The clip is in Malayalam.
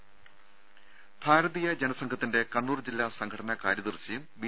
ദേദ ഭാരതീയ ജനസംഘത്തിന്റെ കണ്ണൂർ ജില്ലാ സംഘടനാ കാര്യദർശിയും ബി